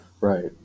Right